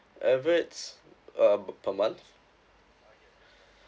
average uh b~ per month